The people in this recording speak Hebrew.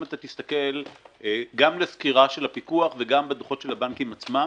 אם אתה תסתכל גם על הסקירה של הפיקוח וגם בדוחות של הבנקים עצמם